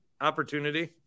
opportunity